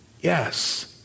yes